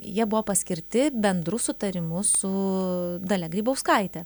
jie buvo paskirti bendru sutarimu su dalia grybauskaite